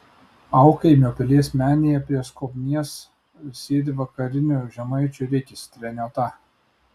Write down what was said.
aukaimio pilies menėje prie skobnies sėdi vakarinių žemaičių rikis treniota